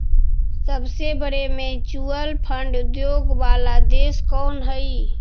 सबसे बड़े mutual fund उद्योग वाला देश कौन हई